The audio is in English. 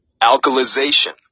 Alkalization